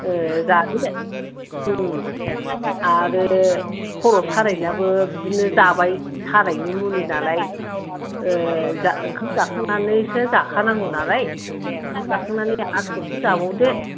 ए जादो दे आरो खर' सानायनाबो बिदिनो जाबाय सानायनि मुलि नालाय ओंखाम जाखांनानैसो जाखानांगौ नालाय ओंखाम जाखांनानै आरो थरसे जाबावदो